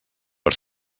per